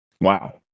Wow